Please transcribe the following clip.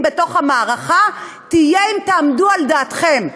בתוך המערכה תהיה אם תעמדו על דעתכם.